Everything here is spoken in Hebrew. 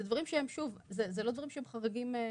אלה לא דברים חריגים.